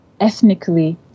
Ethnically